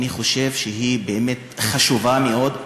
אני חושב שהיא באמת חשובה מאוד,